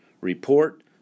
report